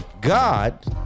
God